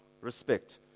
respect